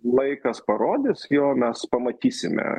laikas parodys jo mes pamatysime